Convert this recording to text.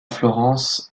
florence